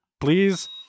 please